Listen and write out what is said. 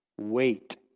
Wait